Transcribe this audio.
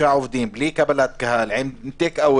אלה שלא היו פה בחדר,